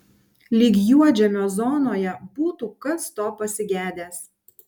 lyg juodžemio zonoje būtų kas to pasigedęs